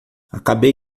acabei